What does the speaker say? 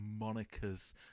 monikers